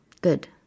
Good